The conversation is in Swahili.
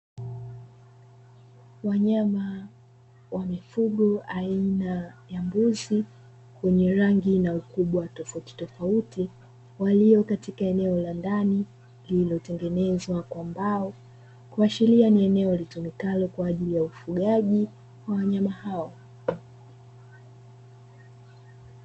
Wanyama wa mifugo aina ya mbuzi wenye rangi na ukubwa tofauti tofauti, waliokatika eneo la ndani lililotengenezwa kwa mbao, kuashiria ni eneo litumikalo kwa ajili ya ufugaji wa wanyama hao.